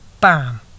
bam